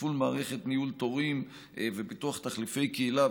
תפעול מערכת ניהול תורים ופיתוח תחליפי קהילה,